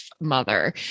mother